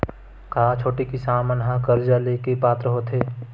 का छोटे किसान मन हा कर्जा ले के पात्र होथे?